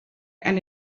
and